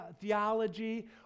theology